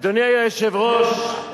אדוני היושב-ראש,